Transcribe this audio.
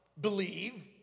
Believe